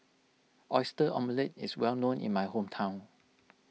Oyster Omelette is well known in my hometown